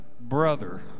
brother